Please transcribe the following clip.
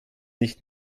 nicht